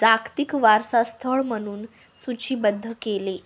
जागतिक वारसास्थळ म्हणून सूचीबद्ध केले